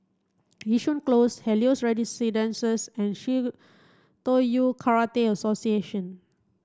Yishun Close Helios Residences and Shitoryu Karate Association